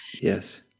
Yes